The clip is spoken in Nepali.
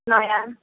नयाँ